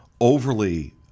overly